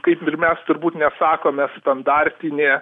kaip ir mes turbūt nesakome standartinė